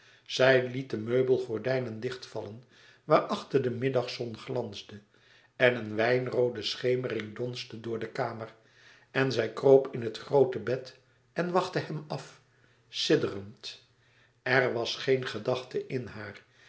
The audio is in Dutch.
zij liet de meubelgordijnen dichtvallen waarachter de middagzon glansde en een wijnroode schemering donsde door de kamer en zij kroop in het groote bed en wachtte hem af sidderend er was geen gedachte in haar